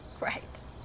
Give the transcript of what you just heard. Right